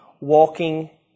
walking